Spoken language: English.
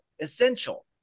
essential